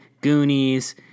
Goonies